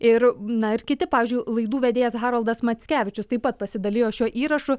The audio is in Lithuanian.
ir na ir kiti pavyzdžiui laidų vedėjas haroldas mackevičius taip pat pasidalijo šiuo įrašu